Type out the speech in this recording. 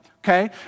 okay